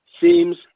seems